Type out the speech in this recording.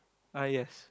uh yes